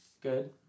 Good